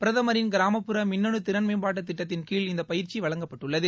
பிரதமின் கிராமப்புற் மின்னனு திறன்மேம்பாட்டு திட்டத்தின் கீழ் இந்த பயிற்சி வழங்கப்பட்டுள்ளது